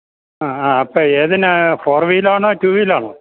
ആ ആ അപ്പം ഏതിനാണ് ഫോർ വീലാണോ ടു വീലാണോ